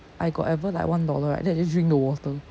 I got ever like one dollar right then I just drink the water